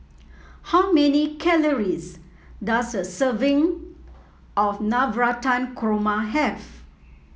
how many calories does a serving of Navratan Korma have